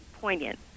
poignant